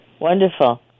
Wonderful